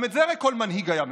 הרי גם את זה כל מנהיג היה מביא.